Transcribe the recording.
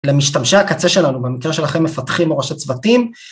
למשתמשי הקצה שלנו, במקרה שלכם מפתחים או ראשי צוותים.